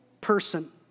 person